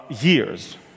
years